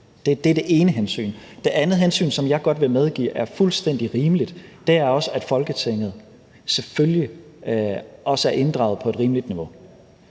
Det er det ene hensyn. Det andet hensyn, som jeg godt vil medgive er fuldstændig rimeligt, er, at Folketinget selvfølgelig også er inddraget på et rimeligt niveau.